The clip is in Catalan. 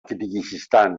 kirguizistan